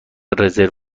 رزرو